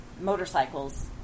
motorcycles